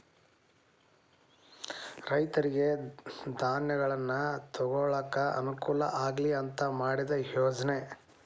ರೈತರಿಗೆ ಧನಗಳನ್ನಾ ತೊಗೊಳಾಕ ಅನಕೂಲ ಆಗ್ಲಿ ಅಂತಾ ಮಾಡಿದ ಯೋಜ್ನಾ